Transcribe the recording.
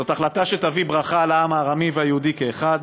זאת החלטה שתביא ברכה על העם הארמי והעם היהודי כאחד.